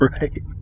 Right